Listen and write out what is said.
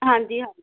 ਹਾਂਜੀ ਹਾਂਜੀ